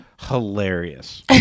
hilarious